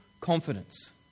confidence